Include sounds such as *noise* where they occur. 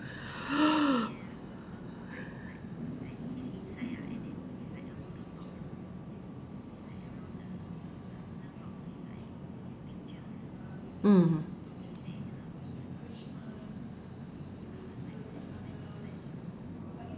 *noise* mmhmm